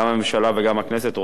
גם הממשלה וגם הכנסת רואות,